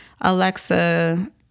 Alexa